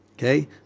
Okay